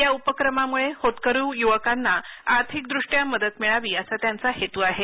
या उपक्रमामुळे होतकरू युवकांना आर्थिकदृष्ट्या मदत मिळावी असा त्यांचा हेतू आहे